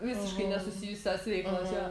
visiškai nesusijusios veiklos jo